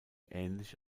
ähnlich